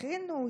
הכינו,